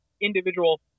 individual